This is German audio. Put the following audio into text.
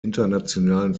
internationalen